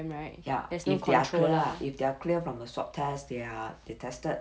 ya if they are clear lah if they are clear from the swab test they are they tested